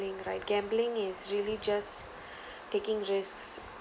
right gambling is really just taking risks